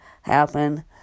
happen